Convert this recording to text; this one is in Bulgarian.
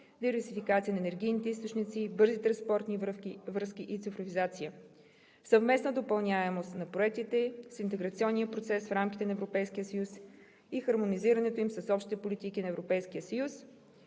диверсификация на енергийните източници, бързи транспортни връзки и цифровизация. Съвместна допълняемост на проектите с интеграционния процес в рамките на Европейския съюз и хармонизирането им с общите политики на Европейския съюз.